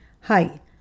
Hi